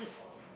and